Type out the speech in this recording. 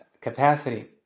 capacity